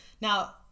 now